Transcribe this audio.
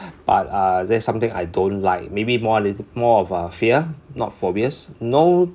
but uh there's something I don't like maybe more it's more of a fear not phobias no